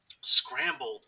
scrambled